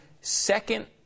second